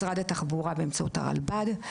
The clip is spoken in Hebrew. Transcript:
משרד התחבורה באמצעות הרלב"ד,